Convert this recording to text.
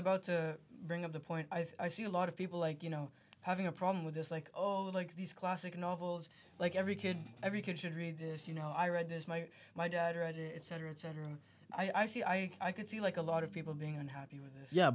about to bring up the point i see a lot of people like you know having a problem with this like oh i like these classic novels like every kid every kid should read this you know i read this my my dad read it cetera et cetera i see i could see like a lot of people being unhappy with yeah